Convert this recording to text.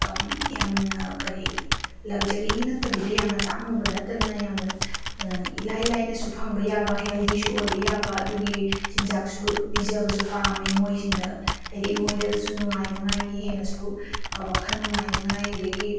ꯌꯥꯝꯅ ꯀꯔꯤ ꯂꯛꯖꯔꯤꯒꯤ ꯅꯠꯇꯕꯤꯗ ꯌꯥꯝꯅ ꯇꯥꯡꯉꯨꯕ ꯅꯠꯇꯅ ꯌꯥꯝꯅ ꯏꯔꯥꯏ ꯂꯥꯏꯅꯁꯨ ꯐꯪꯕ ꯌꯥꯕ ꯍꯦꯜꯗꯤꯁꯨ ꯑꯣꯏꯕ ꯌꯥꯕ ꯑꯗꯨꯒꯤ ꯆꯤꯟꯖꯥꯛꯁꯨ ꯄꯤꯖꯕꯁꯨ ꯄꯥꯝꯃꯦ ꯃꯣꯏꯁꯤꯡꯗ ꯍꯥꯏꯗꯤ ꯃꯣꯏꯗꯁꯨ ꯅꯨꯡꯉꯥꯏꯅꯉꯥꯏꯒꯤ ꯍꯦꯟꯅꯁꯨ ꯋꯥꯈꯜ ꯅꯨꯡꯉꯥꯏꯅꯤꯡꯉꯥꯏ ꯑꯗꯨꯗꯒꯤ